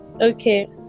okay